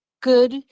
Good